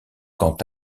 quant